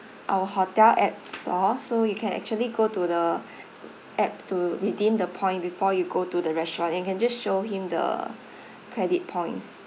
our hotel app store so you can actually go to the app to redeem the point before you go to the restaurant and can just show him the credit points